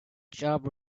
job